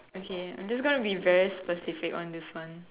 okay I'm just gonna be very specific on this one